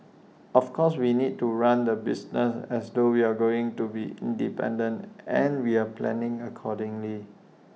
of course we need to run the business as though we're going to be independent and we're planning accordingly